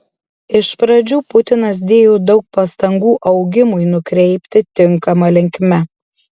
iš pradžių putinas dėjo daug pastangų augimui nukreipti tinkama linkme